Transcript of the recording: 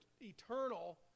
eternal